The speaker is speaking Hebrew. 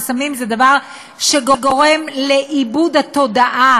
וסמים זה דבר שגורם לאיבוד התודעה